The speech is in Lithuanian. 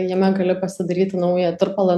jame gali pasidaryti naują tirpalą